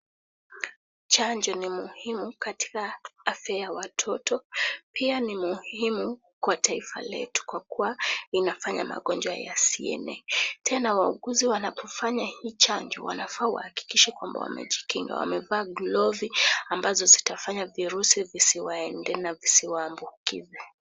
Chanjo ni muhimu katika afya ya watoto. Pia ni muhimu kwa taifa letu kwa kuwa inafanya magonjwa yasienee. Tena wauguzi wanapofanya hii chanjo wanafaa wahakikishe kwamba wamejikinga, wamevaa glovu ambazo zitafanya virusi visiwaendee na visiwaambukize.